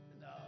No